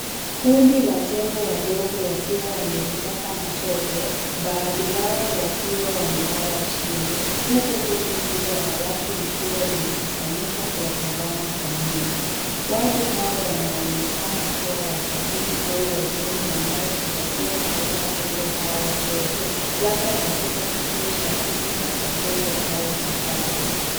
Kundi la tembo wadogo wakiwa wamejipaka matope baadhi yao wakiwa wamelala chini huku kundi kubwa la watu likiwa limekusanyika kuwatazama kwa nyuma. Watu hao wanaonekana kuwa watalii au wageni wanaofurahia kuwaona tembo hao wadogo labda katika kituo cha yatima cha tembo au hifadhi.